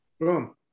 boom